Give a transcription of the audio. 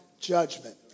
judgment